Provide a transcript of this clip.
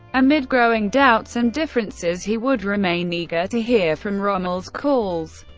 amid growing doubts and differences, he would remain eager to hear from rommel's calls,